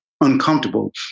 uncomfortable